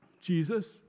Jesus